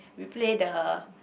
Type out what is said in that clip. we play the